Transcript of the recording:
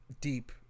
deep